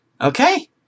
Okay